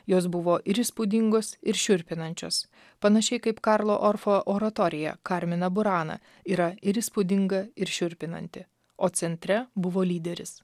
jos buvo ir įspūdingos ir šiurpinančios panašiai kaip karlo orfo oratorija carmina burana yra ir įspūdinga ir šiurpinanti o centre buvo lyderis